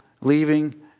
leaving